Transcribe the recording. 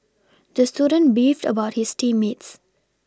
the student beefed about his team mates